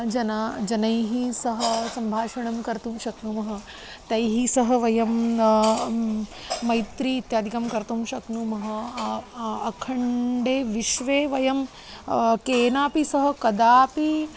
जना जनैः सह सम्भाषणं कर्तुं शक्नुमः तैः सह वयं मैत्री इत्यादिकं कर्तुं शक्नुमः अखण्डे विश्वे वयं केनापि सह कदापि